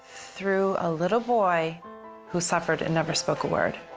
through a little boy who suffered and never spoke a word.